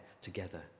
together